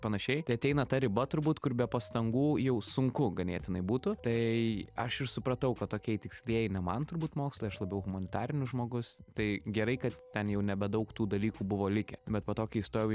panašiai tai ateina ta riba turbūt kur be pastangų jau sunku ganėtinai būtų tai aš ir supratau kad okei tikslieji ne man turbūt mokslai aš labiau humanitarinis žmogus tai gerai kad ten jau nebedaug tų dalykų buvo likę bet po to kai įstojau į